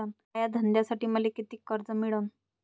माया धंद्यासाठी मले कितीक कर्ज मिळनं?